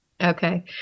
Okay